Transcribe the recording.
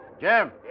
Jim